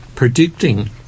Predicting